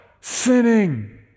sinning